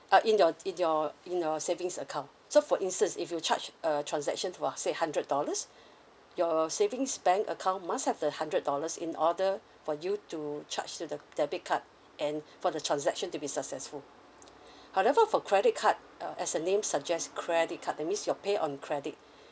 uh in your in your in your savings account so for instance if you charge a transaction for say hundred dollars your savings bank account must have the hundred dollars in order for you to charge to the debit card and for the transaction to be successful however for credit card uh as the name suggests credit card that means you're pay on credit